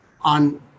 on